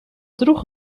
droeg